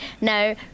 No